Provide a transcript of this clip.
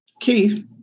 Keith